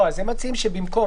הם מציעים במקום.